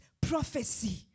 prophecy